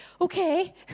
Okay